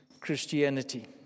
Christianity